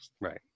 right